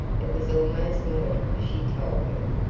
it was almost morning, she told her,